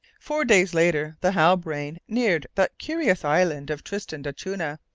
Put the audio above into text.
four days later, the halbrane neared that curious island of tristan d'acunha,